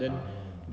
ah